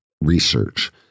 research